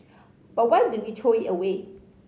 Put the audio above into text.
but why do we throw it away